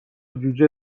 جوجه